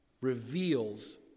reveals